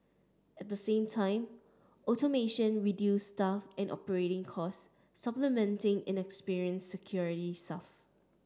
at the same time automation reduces staff and operating costs supplementing inexperienced security staff